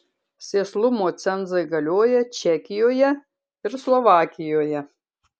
sėslumo cenzai galioja čekijoje ir slovakijoje